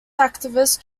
activist